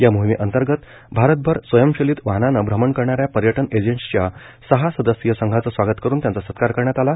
या मोहिमेअंतर्गत भारतभर स्वयंचलित वाहनानं भ्रमण करणाऱ्या पर्यटन एजंट्सच्या सहा सदस्यीय संघाचं स्वागत करून त्यांचा सत्कार करण्यात आला